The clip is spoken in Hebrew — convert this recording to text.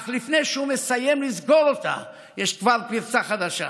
אך לפני שהוא מסיים לסגור אותה יש כבר פרצה חדשה.